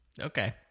Okay